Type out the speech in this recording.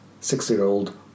six-year-old